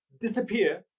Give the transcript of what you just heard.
disappear